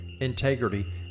integrity